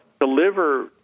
deliver